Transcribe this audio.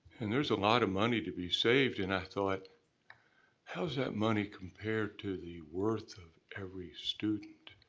and there's a lot of money to be saved and i thought how does that money compare to the worth of every student?